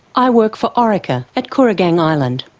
i work for orica at kooragang island.